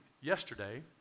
yesterday